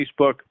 Facebook